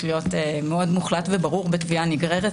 להיות מאוד מוחלט וברור בתביעה נגררת,